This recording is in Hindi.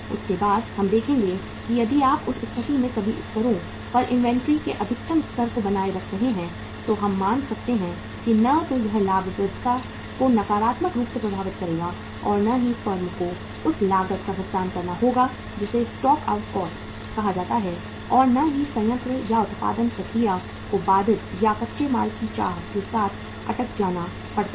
उसके बाद हम देखेंगे कि यदि आप उस स्थिति में सभी स्तरों पर इन्वेंट्री के अधिकतम स्तर को बनाए रख रहे हैं तो हम मान सकते हैं कि न तो यह लाभप्रदता को नकारात्मक रूप से प्रभावित करेगा और न ही फर्म को उस लागत का भुगतान करना होगा जिसे स्टॉक आउट कॉस्ट कहा जाता है और न ही संयंत्र या उत्पादन प्रक्रिया को बाधित या कच्चे माल की चाह के साथ अटक जाना पड़ता है